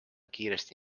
kiiresti